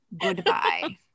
Goodbye